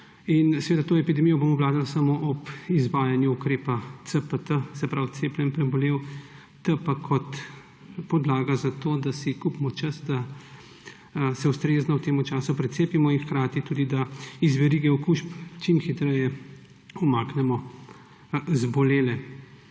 In to epidemijo bomo obvladali samo ob izvajanju ukrepa CPT, se pravi cepljen, prebolel; T pa kot podlaga za to, da si kupimo čas, da se ustrezno v tem času precepimo in hkrati tudi da iz verige okužb čim hitreje umaknemo zbolele.